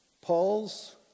Paul's